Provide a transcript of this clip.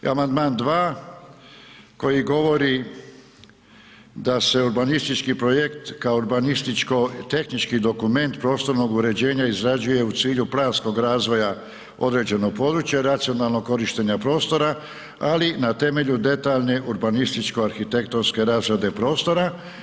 I amandman 2 koji govori da se urbanistički projekt kao urbanističko tehnički dokument prostornog uređenja izrađuje u cilju planskog razvoja određenog područja, racionalnog korištenja prostora, ali na temelju detaljne urbanističko arhitektonske razrade prostora.